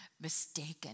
mistaken